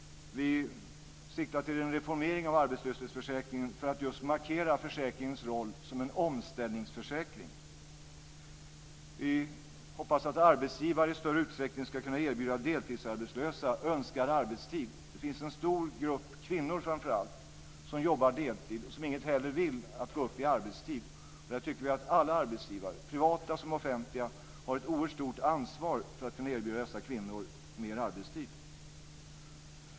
Vi siktar på en reformering av arbetslöshetsförsäkringen för att just markera försäkringens roll som en omställningsförsäkring. Vi hoppas att arbetsgivare i större utsträckning ska kunna erbjuda deltidsarbetslösa önskad arbetstid. Det finns en stor grupp kvinnor, framför allt, som jobbar deltid och som inget hellre vill än att gå upp i arbetstid. Där tycker vi att alla arbetsgivare - privata som offentliga - har ett oerhört stort ansvar för att kunna erbjuda dessa kvinnor mer arbetstid.